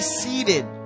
seated